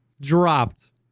Dropped